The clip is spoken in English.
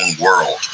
world